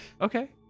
Okay